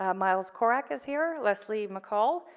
um miles corak is here, leslie mccall,